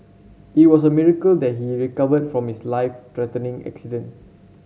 it was a miracle that he recovered from his life threatening accident